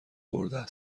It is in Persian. خورده